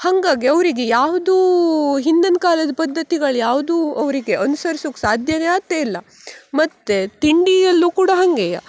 ಹಂಗಾಗಿ ಅವರಿಗೆ ಯಾವುದೂ ಹಿಂದಿನ ಕಾಲದ ಪದ್ದತಿಗಳು ಯಾವುದೂ ಅವರಿಗೆ ಅನುಸರ್ಸುಕ್ಕೆ ಸಾಧ್ಯವೇ ಆತೇ ಇಲ್ಲ ಮತ್ತು ತಿಂಡಿಯಲ್ಲೂ ಕೂಡ ಹಂಗೇ